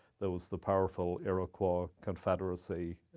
there was the powerful iroquois confederacy,